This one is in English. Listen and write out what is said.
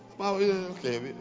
okay